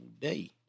day